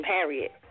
Harriet